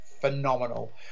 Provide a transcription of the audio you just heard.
phenomenal